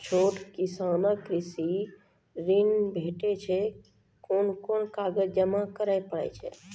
छोट किसानक कृषि ॠण भेटै छै? कून कून कागज जमा करे पड़े छै?